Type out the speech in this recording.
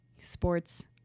sports